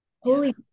Holy